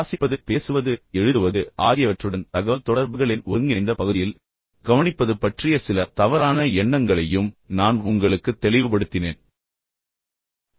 வாசிப்பது பேசுவது மற்றும் எழுதுவது ஆகியவற்றுடன் தகவல்தொடர்புகளின் ஒருங்கிணைந்த பகுதியாக அதைப் பற்றி பேசும்போது கவனிப்பது பற்றிய சில தவறான எண்ணங்களையும் நான் உங்களுக்குத் தெளிவுபடுத்தினேன்